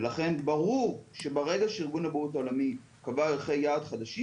ולכן ברור שברגע שארגון הבריאות העולמי קבע ערכי יעד חדשים,